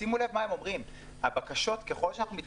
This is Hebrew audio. שימו לב מה הם אומרים: ככל שמתקדמים,